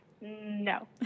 no